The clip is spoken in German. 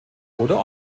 oder